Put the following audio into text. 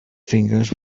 fingers